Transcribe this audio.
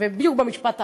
בדיוק במשפט האחרון.